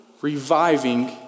reviving